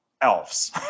elves